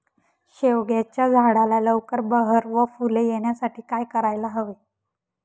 शेवग्याच्या झाडाला लवकर बहर व फूले येण्यासाठी काय करायला हवे?